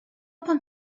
pan